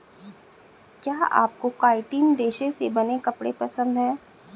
क्या आपको काइटिन रेशे से बने कपड़े पसंद है